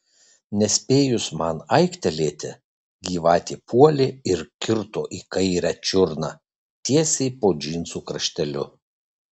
nespėjus man aiktelėti gyvatė puolė ir kirto į kairę čiurną tiesiai po džinsų krašteliu